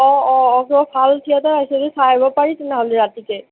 অঁ অঁ অঁ কিবা ভাল থিয়েটাৰ আহিছে যদি চাই আহিব পাৰি তেনেহ'লে ৰাতিকৈ